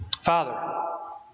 Father